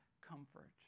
comfort